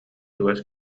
чугас